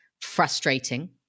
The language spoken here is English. frustrating